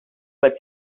but